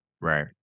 Right